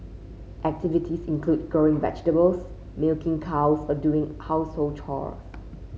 activities include growing vegetables milking cows or doing household chores